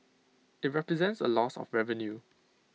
IT represents A loss of revenue